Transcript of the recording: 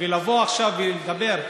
ולבוא עכשיו ולדבר,